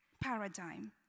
paradigm